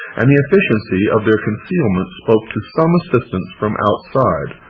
and the efficiency of their concealment spoke to some assistance from outside,